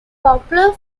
popular